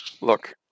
Look